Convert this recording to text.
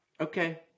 okay